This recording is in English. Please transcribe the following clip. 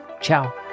Ciao